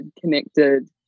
connected